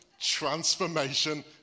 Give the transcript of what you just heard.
transformation